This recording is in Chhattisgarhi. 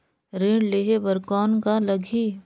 ऋण लेहे बर कौन का लगही?